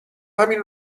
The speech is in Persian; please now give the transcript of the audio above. همین